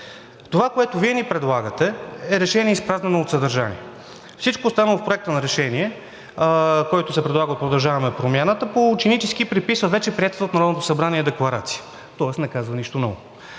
Това, което Вие ни предлагате, е решение, изпразнено от съдържание. Всичко останало в Проекта на решение, който се предлага от „Продължаваме Промяната“, по ученически преписва вече приетата от Народното събрание декларация, тоест не казва нищо ново.